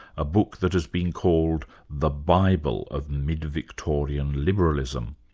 a book that has been called the bible of mid-victorian liberalism.